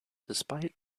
despite